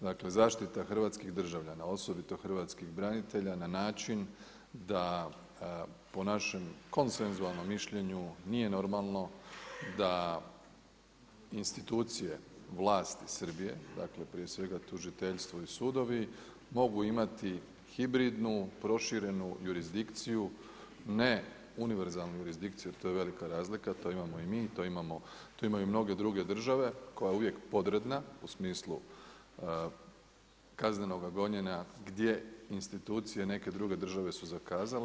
Dakle, zaštita hrvatskih državljana, osobito hrvatskih branitelja na način da po našem konsensualnom mišljenju nije normalno da institucije vlasti Srbije, dakle prije svega tužiteljstvo i sudovi, mogu imati hibridnu proširenu jurisdikciju, ne univerzalnu jurisdikciju jer to je velika razlika, to imamo i mi, to imaju mnoge druge države koja je uvijek podredna u smislu kaznenoga gonjenja gdje institucije neke druge države su zakazale.